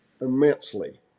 immensely